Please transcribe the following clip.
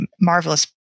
marvelous